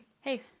Hey